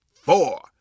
four